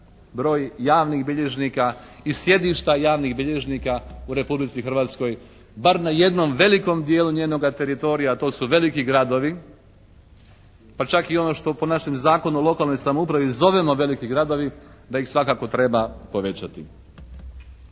broj javnih bilježnika i sjedišta javnih bilježnika u Republici Hrvatskoj bar na jednom velikom dijelu njenoga teritorija, a to su veliki gradovi, pa čak i ono što po našem Zakonu o lokalnoj samoupravi zovemo veliki gradovi da ih svakako treba povećati.